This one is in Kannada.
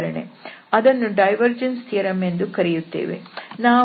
ಅದನ್ನು ಡೈವರ್ಜೆನ್ಸ್ ಥಿಯರಂ ಎಂದು ಕರೆಯುತ್ತೇವೆ